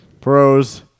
Pros